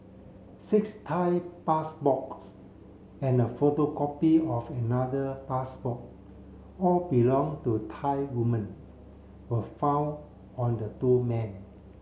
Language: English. six Thai passports and a photocopy of another passport all belong to Thai women were found on the two men